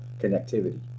connectivity